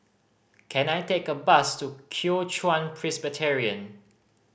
can I take a bus to Kuo Chuan Presbyterian